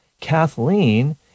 Kathleen